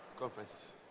Conferences